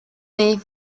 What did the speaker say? nez